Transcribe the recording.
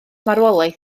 marwolaeth